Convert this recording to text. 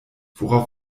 worauf